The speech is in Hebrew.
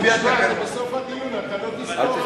שמע, עד סוף הדיון אתה לא תזכור.